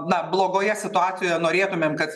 na blogoje situacijoje norėtumėm kad